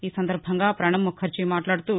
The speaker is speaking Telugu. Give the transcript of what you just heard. ఈ సందర్బంగా పణబ్ ముఖర్జీ మాట్లాదుతూ